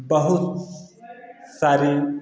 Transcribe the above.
बहुत सारी